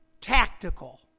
tactical